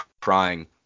crying